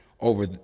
over